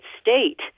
state